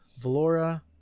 Valora